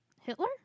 Hitler